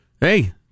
Hey